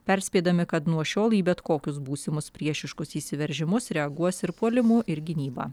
perspėdami kad nuo šiol į bet kokius būsimus priešiškus įsiveržimus reaguos ir puolimu ir gynyba